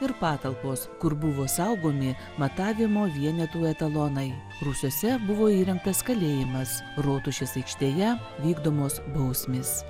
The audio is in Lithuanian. ir patalpos kur buvo saugomi matavimo vienetų etalonai rūsiuose buvo įrengtas kalėjimas rotušės aikštėje vykdomos bausmės